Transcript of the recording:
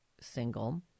single